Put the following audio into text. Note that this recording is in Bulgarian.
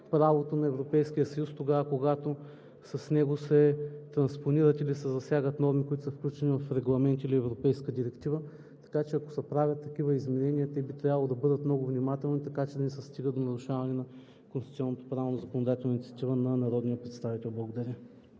правото на Европейския съюз, когато с него се транспонират или се засягат норми, които са включени в регламент или в европейска директива. Ако се правят такива изменения, те би трябвало да бъдат много внимателни, така че да не се стига до нарушаване на конституционното право за законодателна инициатива на народния